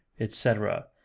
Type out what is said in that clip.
etc.